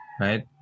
right